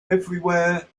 everywhere